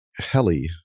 heli